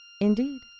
Indeed